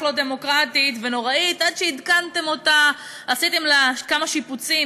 לא דמוקרטית ונוראית עד שעדכנתם אותה עשיתם לה כמה שיפוצים,